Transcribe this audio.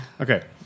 Okay